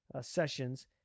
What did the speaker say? sessions